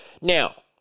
Now